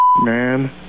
man